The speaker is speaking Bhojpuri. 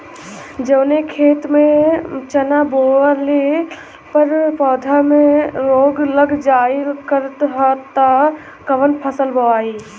जवने खेत में चना बोअले पर पौधा में रोग लग जाईल करत ह त कवन फसल बोआई?